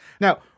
Now